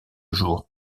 jour